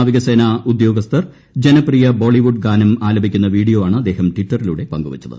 നാവികസേനാ ഉദ്യോഗസ്ഥകർ ജനപ്രിയ ബോളിവുഡ് ഗാനം ആലപിക്കുന്ന വീഡിയോ ആണ് അദ്ദേഹം ടിറ്ററിലൂടെ പങ്കുവച്ചത്